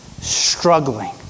struggling